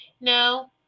no